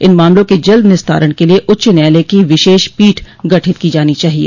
इन मामलों के जल्द निस्तारण के लिए उच्च न्यायालय की विशेष पीठ गठित की जानी चाहिए